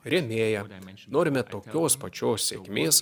rėmėją žnorime tokios pačios sėkmės